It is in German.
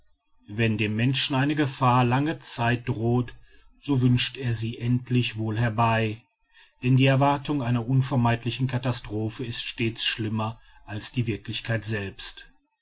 wenn dem menschen eine gefahr lange zeit droht so wünscht er sie endlich wohl herbei denn die erwartung einer unvermeidlichen katastrophe ist stets schlimmer als die wirklichkeit selbst